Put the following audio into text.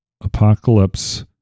apocalypse